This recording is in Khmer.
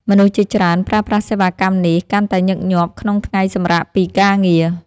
មនុស្សជាច្រើនប្រើប្រាស់សេវាកម្មនេះកាន់តែញឹកញាប់ក្នុងថ្ងៃសម្រាកពីការងារ។